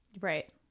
Right